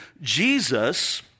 Jesus